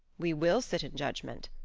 we will sit in judgment,